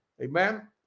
Amen